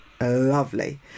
lovely